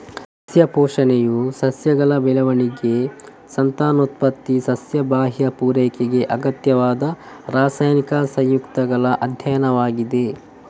ಸಸ್ಯ ಪೋಷಣೆಯು ಸಸ್ಯಗಳ ಬೆಳವಣಿಗೆ, ಸಂತಾನೋತ್ಪತ್ತಿ, ಸಸ್ಯ ಬಾಹ್ಯ ಪೂರೈಕೆಗೆ ಅಗತ್ಯವಾದ ರಾಸಾಯನಿಕ ಸಂಯುಕ್ತಗಳ ಅಧ್ಯಯನವಾಗಿದೆ